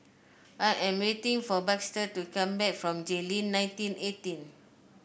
I am waiting for Baxter to come back from Jayleen nineteen eighteen